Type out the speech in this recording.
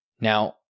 Now